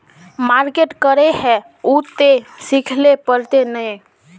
Market करे है उ ते सिखले पड़ते नय?